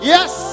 Yes